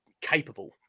capable